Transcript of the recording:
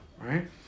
right